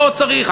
לא צריך.